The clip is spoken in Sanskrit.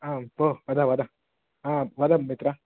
आम् भोः वद वद आ वद मित्र